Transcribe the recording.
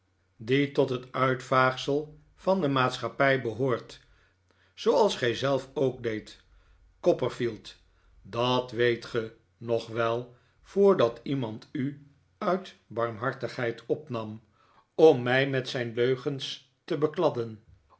die tot het uitvaagsel van de maatschappij behoort zooals gij zelf ook deedt copperfield dat weet ge nog wel voordat iemand u uit barmhartigheid opnam om mij met zijn leugens te bekladden